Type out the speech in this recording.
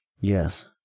Yes